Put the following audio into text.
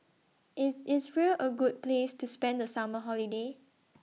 IS Israel A Great Place to spend The Summer Holiday